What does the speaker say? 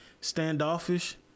standoffish